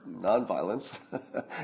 nonviolence